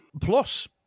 Plus